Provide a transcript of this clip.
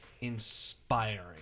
inspiring